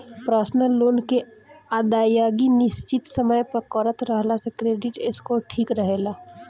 personal loan के अदायगी निसचित समय पर करत रहला से क्रेडिट स्कोर ठिक रहेला